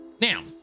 now